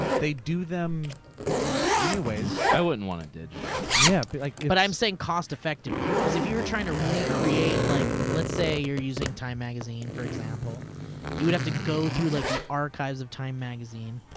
they do them anyways. i wouldn't want it digital, though. yeah but i'm saying cost effectively cause if you were trying to recreate, like let's say you're using time magazine, for example you would have to go through like the archives of time magazine